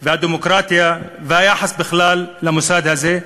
והדמוקרטיה והיחס בכלל למוסד הזה,